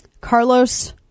Carlos